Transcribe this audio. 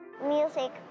Music